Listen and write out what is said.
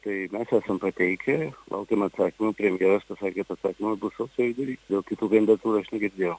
tai mes esam pateikę laukiam atsakymo premjeras pasakė kad atsakymas bus sausio vidury dėl kitų bent datų aš negirdėjau